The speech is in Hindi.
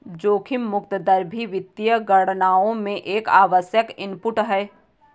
जोखिम मुक्त दर भी वित्तीय गणनाओं में एक आवश्यक इनपुट है